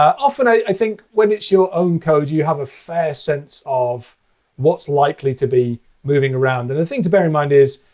often, i think, when it's your own code, you have a fair sense of what's likely to be moving around. and the thing to bear in mind is,